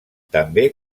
també